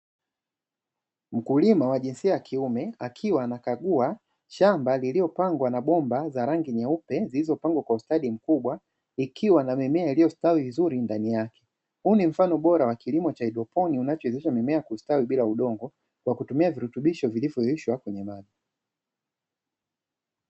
Mkulima wa jinsia ya kiume akiwa anakagua shamba lililopangwa na bomba za rangi nyeupe zilizopangwa kwa ustadi mkubwa zikiwa na mimea iliyostawi vizuri ndani yake. Huu ni mfano bora wa kilimo cha haidroponi kinachowezesha mimea kustawi bila udongo kwa kutumiaa virutubisho vilivyoyeyushwa kwenye maji.